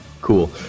cool